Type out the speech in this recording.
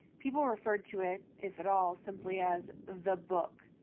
people referred to it, if at all, simply as the book.